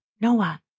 Noah